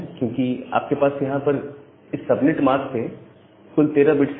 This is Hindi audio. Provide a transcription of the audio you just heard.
क्योंकि आपके पास यहां पर इस सबनेट मास्क से कुल 13 बिट्स हैं